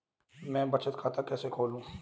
मैं बचत खाता कैसे खोलूं?